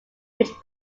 which